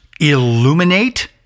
illuminate